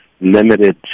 limited